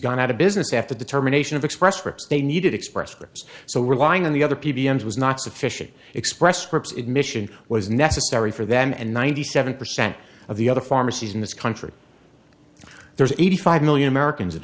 gone out of business at the determination of express trips they needed express scripts so relying on the other p b s was not sufficient express scripts admission was necessary for them and ninety seven percent of the other pharmacies in this country there's eighty five million americans that